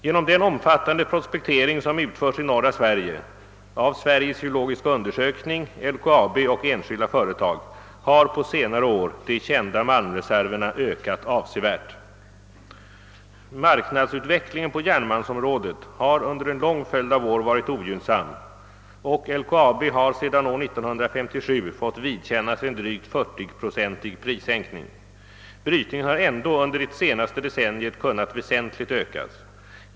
Genom den omfattande prospektering, som utförs i norra Sverige av Sveriges geologiska undersökning, LKAB och enskilda företag, har på senare år de kända malmreserverna ökat avsevärt. Marknadsutvecklingen på järnmalmsområdet har under en lång följd av år varit ogynnsam och LKAB har sedan år 1957 fått vidkännas en drygt 40-procentig prissänkning. Brytningen har ändå under det senaste decenniet kunnat väsentligt ökas.